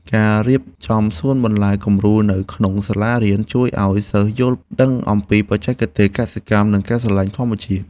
ការរៀបចំសួនបន្លែគំរូនៅក្នុងសាលារៀនជួយឱ្យសិស្សយល់ដឹងអំពីបច្ចេកទេសកសិកម្ម និងការស្រឡាញ់ធម្មជាតិ។